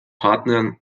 partnern